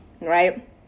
right